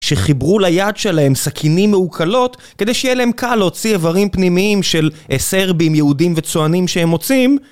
שחיברו ליד שלהם סכינים מעוקלות כדי שיהיה להם קל להוציא איברים פנימיים של סרבים, יהודים וצוענים שהם מוצאים